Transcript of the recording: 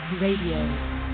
Radio